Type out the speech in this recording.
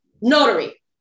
Notary